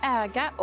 äga